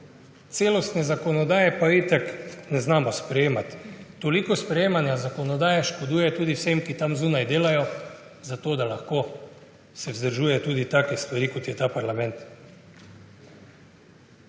Celostne zakonodaje pa itak ne znamo sprejemati. Toliko sprejemanja zakonodaje škoduje tudi vsem, ki tam zunaj delajo, da se lahko vzdržujejo tudi take stvari, kot je ta parlament.